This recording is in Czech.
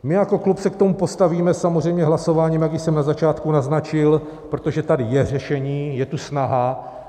My jako klub se k tomu postavíme samozřejmě hlasováním, jak již jsem na začátku naznačil, protože tady je řešení, je tu snaha.